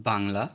Bangla